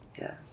Yes